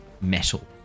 metal